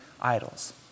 idols